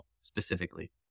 specifically